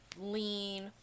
lean